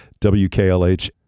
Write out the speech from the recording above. WKLH